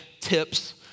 tips